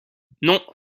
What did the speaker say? non